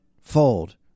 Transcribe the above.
fold